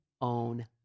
own